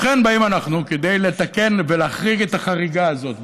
לכן באים אנחנו כדי לתקן ולהחריג את החריגה הזאת,